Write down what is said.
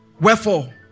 Wherefore